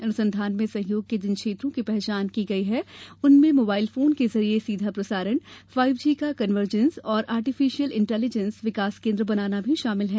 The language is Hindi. अनुसंधान में सहयोग के जिन क्षेत्रों की पहचान की गई है उनमें मोबाइल फोन के जरिये सीधा प्रसारण फाइव जी का कन्वर्जेन्स और आर्टिफिशयल इंटेलीजेंस विकास केन्द्र बनाना भी शामिल हैं